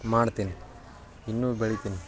ಮಾಡ್ತೀನಿ ಇನ್ನೂ ಬೆಳಿತೀನಿ